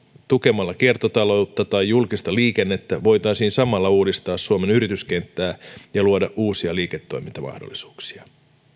tukemalla kiertotaloutta tai julkista liikennettä voitaisiin samalla uudistaa suomen yrityskenttää ja luoda uusia liiketoimintamahdollisuuksia